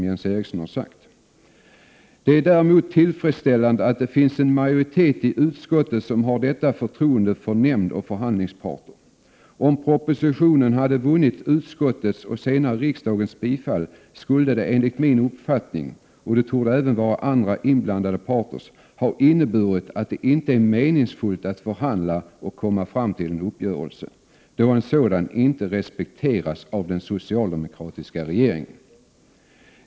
Jens Eriksson sade då: ”Det är däremot tillfredsställande att det finns en majoritet i utskottet som har detta förtroende för nämnd och förhandlingsparter. Om propositionen hade vunnit utskottets och senare riksdagens bifall, skulle det enligt min uppfattning — och den torde även vara andra inblandade parters — ha inneburit att det inte är meningsfullt att förhandla och komma fram till en uppgörelse, då en sådan inte respekteras av den socialdemokratiska regeringen.